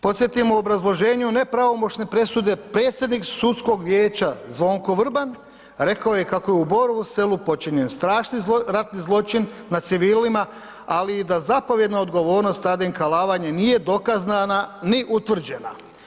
Podsjetimo, u obrazloženju nepravomoćne presude predsjednik sudskog vijeća Zvonko Vrban rekao je kako je u Borovu Selu počinjen strašni ratni zločin nad civilima, ali i da zapovjedna odgovornost Radenka Alavanje nije dokazana ni utvrđena.